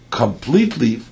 completely